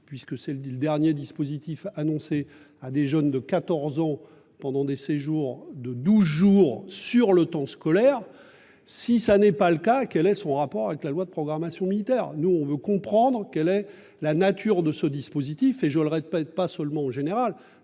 puisque c'est lundi le dernier dispositif annoncé à des jeunes de 14 ans pendant des séjours de 12 jours sur le temps scolaire. Si ça n'est pas le cas. Quel est son rapport avec la loi de programmation militaire nous on veut comprendre quelle est la nature de ce dispositif et je le répète, pas seulement en général